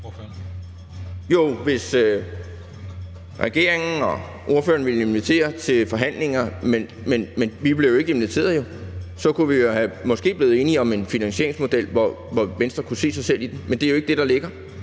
Hvis regeringen og ordføreren havde villet invitere til forhandlinger – men vi blev jo ikke inviteret – kunne vi måske være blevet enige om en finansieringsmodel, som Venstre kunne se sig selv i. Men det er jo ikke det, der ligger.